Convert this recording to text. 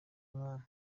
umwana